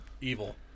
evil